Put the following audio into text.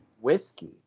Whiskey